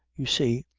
you see,